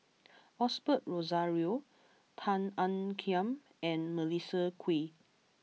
Osbert Rozario Tan Ean Kiam and Melissa Kwee